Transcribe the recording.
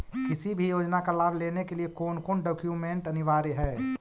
किसी भी योजना का लाभ लेने के लिए कोन कोन डॉक्यूमेंट अनिवार्य है?